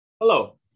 Hello